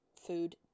food